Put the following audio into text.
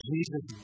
Jesus